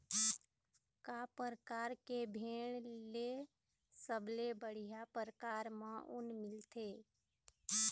का परकार के भेड़ ले सबले बढ़िया परकार म ऊन मिलथे?